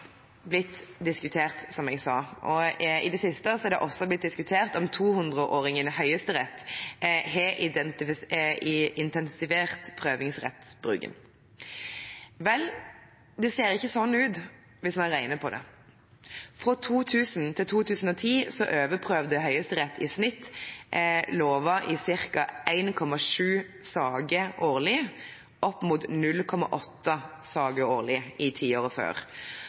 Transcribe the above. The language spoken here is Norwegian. blitt diskutert, som jeg sa, og i det siste er det også blitt diskutert om 200-åringen Høyesterett har intensivert prøvingsrettsbruken. Vel, det ser ikke sånn ut hvis en regner på det. Fra 2000 til 2010 overprøvde Høyesterett i snitt lover i ca. 1,7 saker årlig opp mot 0,8 saker årlig i tiåret før.